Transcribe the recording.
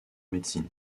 médecine